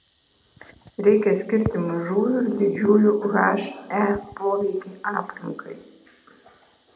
reikia skirti mažųjų ir didžiųjų he poveikį aplinkai